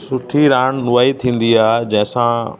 सुठी रांदि उहा ई थींदी आहे जंहिं सां